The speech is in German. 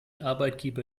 arbeitgeber